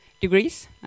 degrees